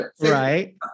right